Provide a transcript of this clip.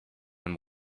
and